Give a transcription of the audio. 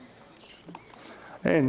אין.